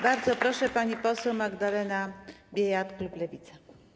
Bardzo proszę, pani poseł Magdalena Biejat, klub Lewica.